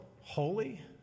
holy